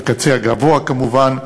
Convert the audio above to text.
בקצה הגבוה כמובן,